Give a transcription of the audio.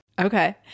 Okay